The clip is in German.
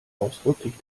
ausdrücklich